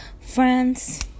Friends